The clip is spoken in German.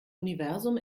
universum